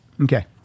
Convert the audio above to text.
Okay